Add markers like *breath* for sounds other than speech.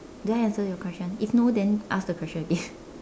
did I answer your question if no then ask the question again *breath*